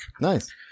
Nice